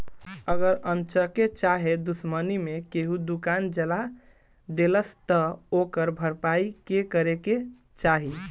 अगर अन्चक्के चाहे दुश्मनी मे केहू दुकान जला देलस त ओकर भरपाई के करे के चाही